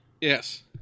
Yes